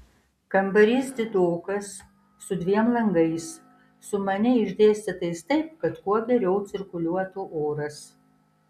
kambarys didokas su dviem langais sumaniai išdėstytais taip kad kuo geriau cirkuliuotų oras